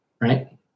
right